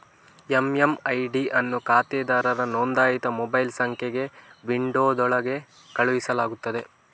MMID ಅನ್ನು ಖಾತೆದಾರರ ನೋಂದಾಯಿತ ಮೊಬೈಲ್ ಸಂಖ್ಯೆಗೆ ವಿಂಡೋದೊಳಗೆ ಕಳುಹಿಸಲಾಗುತ್ತದೆ